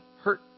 hurt